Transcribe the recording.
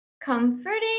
comforting